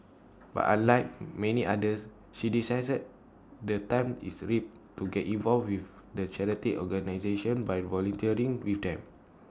but unlike many others she decided the time is A ripe to get involved with the charity organisation by volunteering with them